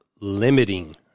limiting